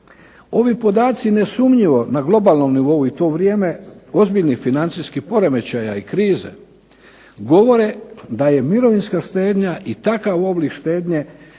Ovi podaci nesumnjivo na globalnom nivou i to u vrijeme ozbiljnih financijskih poremećaja i krize govore da je mirovinska štednja i takav oblik štednje